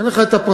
אין לך הפרטים,